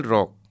Rock